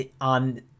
on